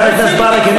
חבר הכנסת ברכה.